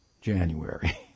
January